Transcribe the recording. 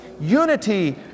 unity